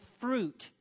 fruit